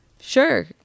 Sure